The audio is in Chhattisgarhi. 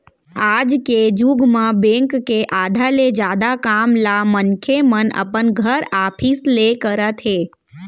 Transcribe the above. आज के जुग म बेंक के आधा ले जादा काम ल मनखे मन अपन घर, ऑफिस ले करत हे